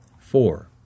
Four